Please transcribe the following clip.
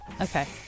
Okay